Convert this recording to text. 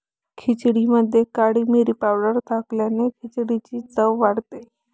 खिचडीमध्ये काळी मिरी पावडर टाकल्याने खिचडीची चव वाढते